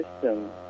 system